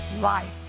life